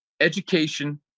education